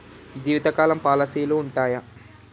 జీవితకాలం పాలసీలు ఉంటయా?